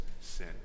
sin